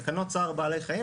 תקנות "צער בעלי חיים",